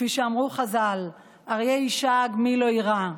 כפי שאמרו חז"ל, אריה ישאג מי לא יירא,